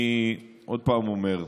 אני עוד פעם אומר: